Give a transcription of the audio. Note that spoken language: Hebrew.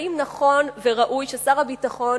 האם נכון וראוי ששר הביטחון,